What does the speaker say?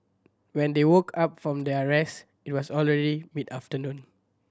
when they woke up from their rest it was already mid afternoon